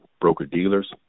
broker-dealers